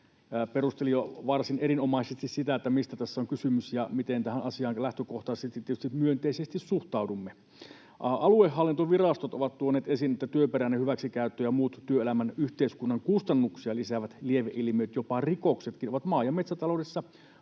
perusteli jo varsin erinomaisesti sitä, mistä tässä on kysymys ja miten tähän asiaan lähtökohtaisesti, tietysti myönteisesti, suhtaudumme. Aluehallintovirastot ovat tuoneet esiin, että työperäinen hyväksikäyttö ja muut työelämän yhteiskunnan kustannuksia lisäävät lieveilmiöt, jopa rikokset, ovat maa- ja metsätaloudessa